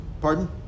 pardon